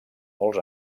molts